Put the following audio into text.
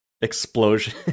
explosion